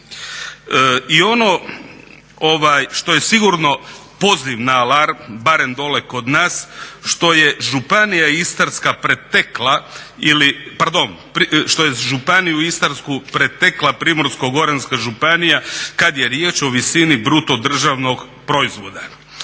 nas što je Županija Istarska pretekla, ili, pardon, što je Županiju Istarsku pretekla Primorsko-goranska županija kada je riječ o visini bruto državnog proizvoda.